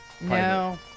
no